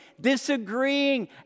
disagreeing